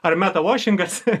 ar meta vošingas